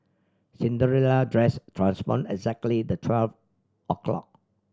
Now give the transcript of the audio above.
Cinderella dress transformed exactly the twelve o'clock